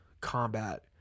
combat